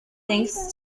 thanks